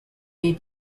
may